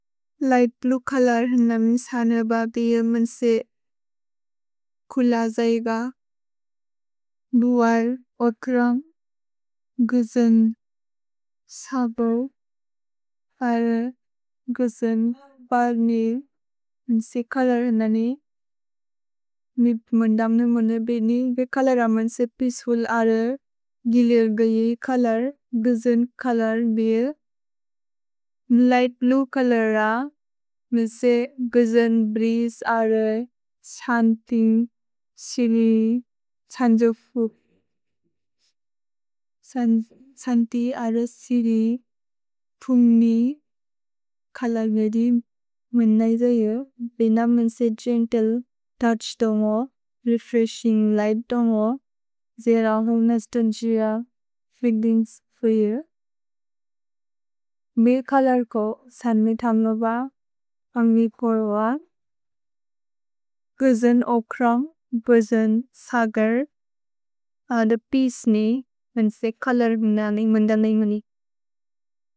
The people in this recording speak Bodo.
लिघ्त् ब्लुए चोलोर् हन् न मिन् स्नेब बील् मिन्से कुल् ज्इग। भुअर्, ओत्रम्, गुजुन्, स्बो अर् गुजुन्, ब्र्नेइल्, मिन्से चोलोर् हन् न ने। मि मुन्दम्ने मुने बेने, बे चोलोर् हन् मिन्से पेअचेफुल् अर् गिलिर् गै चोलोर्, गुजुन् चोलोर् बील्। लिघ्त् ब्लुए चोलोर् र मिन्से गुजुन्, ब्रीजे, अरे, स्न्तिन्ग्, सिलि, स्न्ति अरे, सिलि, फुन्ग्नि चोलोर् बील् मिन्नै ज्यिर्। भेन मिन्से गेन्त्ले तोउछ् तोमो, रेफ्रेशिन्ग् लिघ्त् तोमो, ज् र होन स्तन्छिर फीलिन्ग्स् फोयिर्। भील् चोलोर् को स्नेबे थन्गोब, अन्ग् बील् पोर्व। गुजुन् ओत्रम्, गुजुन्, स्गर्, अरे थे पेअचे ने, मिन्से चोलोर् मिन्न ने, मुन्दम्ने मुने।